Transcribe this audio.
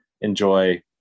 enjoy